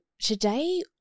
today